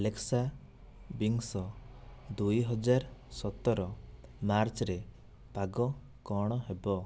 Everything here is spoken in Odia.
ଆଲେକ୍ସା ବିଂଶ ଦୁଇ ହଜାର ସତର ମାର୍ଚ୍ଚରେ ପାଗ କ'ଣ ହେବ